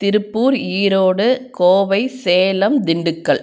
Tiruppur Erode Kovai Salem Dindigul